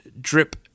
Drip